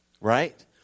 right